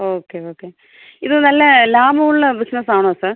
okay okay ഇത് നല്ല ലാഭമുള്ള ബിസിനസ്സാണോ സാർ